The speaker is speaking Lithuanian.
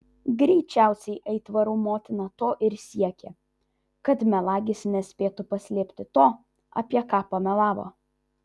greičiausiai aitvarų motina to ir siekė kad melagis nespėtų paslėpti to apie ką pamelavo